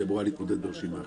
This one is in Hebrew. והיא אמורה להתמודד ברשימה אחרת.